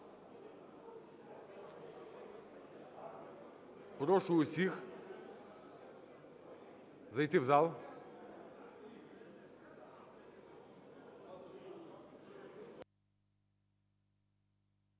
Прошу усіх зайти в зал.